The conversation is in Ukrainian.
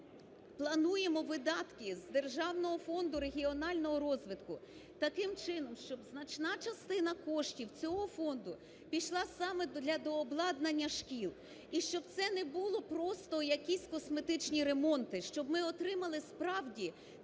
плануємо видатки з Державного фонду регіонального розвитку таким чином, щоб значна частина коштів цього фонду пішла саме для дообладнання шкіл. І щоб це не було просто якісь "косметичні ремонти", щоб ми отримали справді